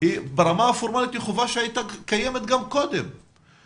אלא ברמה הפורמלית היא חובה שהייתה קיימת גם קודם לכן.